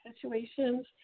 situations